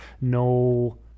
No